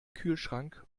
kühlschrank